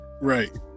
Right